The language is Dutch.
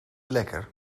lekker